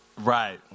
Right